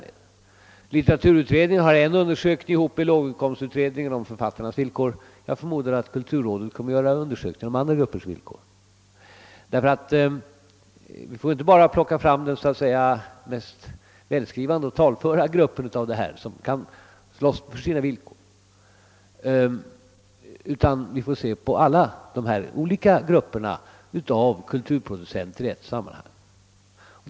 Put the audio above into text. Litteraturutredningen har också tillsammans med låginkomstutredningen en undersökning på gång om författarnas villkor. Jag förmodar att kulturrådet kommer att göra en undersökning om andra gruppers villkor. Vi får nämligen inte bara se till den så att säga mest välskrivande och mest talföra gruppen, som bäst kan slåss för sina villkor, utan vi måste se till alla grupper av kulturproducenter i ett sammanhang.